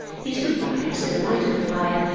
he stood by us, in the light of the fire,